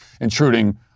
intruding